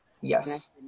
Yes